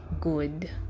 good